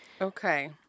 Okay